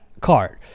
card